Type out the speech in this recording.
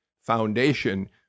Foundation